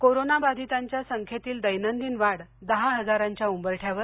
कोरोनाबाधितांच्या संख्येतली दैनंदिन वाढ दहा हजाराच्या उंबरठ्यावर